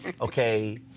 okay